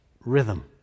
Rhythm